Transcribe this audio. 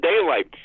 daylight